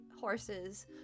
horses